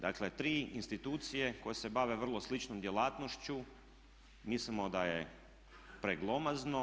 Dakle tri institucije koje se bave vrlo sličnom djelatnošću mislimo da je preglomazno.